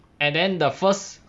and then the first